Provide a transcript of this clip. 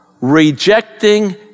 rejecting